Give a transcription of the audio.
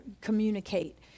communicate